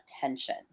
tension